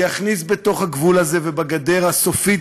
שיכניס לתוך הגבול הזה ובגדר הסופית